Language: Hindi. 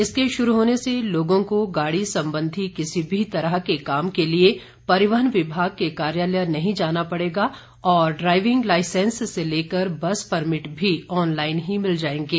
इसके शुरू होने से लोगों को गाड़ी संबंधी किसी भी तरह के काम के लिए परिवहन विभाग के कार्यालय नहीं जाना पड़ेगा और ड्राईविंग लाईसैंस से लेकर बस परमिट भी ऑनलाईन ही मिल जाएंगे